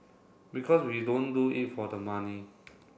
because we don't do it for the money